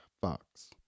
Fox